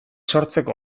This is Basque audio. sortzeko